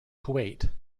kuwait